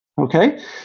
okay